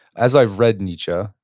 as i've read nietzsche,